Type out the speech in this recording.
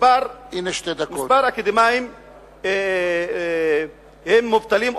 מספר האקדמאים המובטלים,